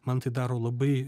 man tai daro labai